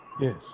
Yes